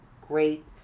great